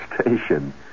station